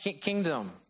kingdom